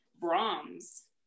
Brahms